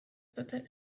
pepper